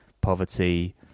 poverty